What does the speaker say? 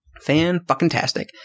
Fan-fucking-tastic